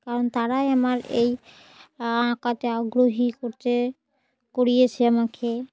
কারণ তারাই আমার এই আঁকাতে আগ্রহী করতে করিয়েছে আমাকে